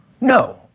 no